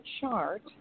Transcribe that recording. chart